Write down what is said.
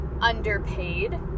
underpaid